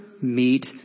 meet